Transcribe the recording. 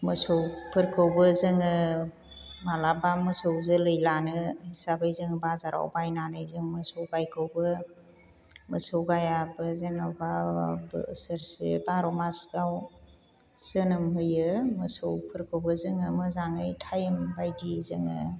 मोसौफोरखौबो जोङो माब्लाबा मोसौ जोलै लानो हिसाबै जोङो बाजाराव बायनानै जों मोसौ गायखौबो मोसौ गायआबो जेनेबा बोसोरसे बार' मासआव जोनोम होयो मोसौफोरखौबो जोङो मोजाङै टाइम बायदियै जोङो